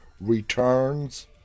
returns